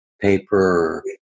paper